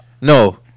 No